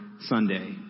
Sunday